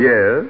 Yes